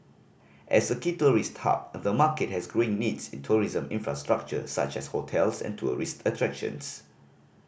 as a key tourist hub the market has growing needs in tourism infrastructure such as hotels and tourist attractions